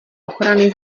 ochrany